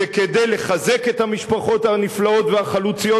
אלא זה כדי לחזק את המשפחות הנפלאות והחלוציות